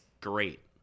great